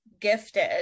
gifted